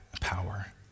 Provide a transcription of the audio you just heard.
power